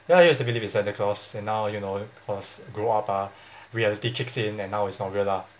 ya I used to believe in santa claus and now you know cause grow up ah reality kicks in and now it's not real lah